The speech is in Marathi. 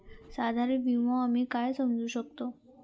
साधारण विमो आम्ही काय समजू शकतव?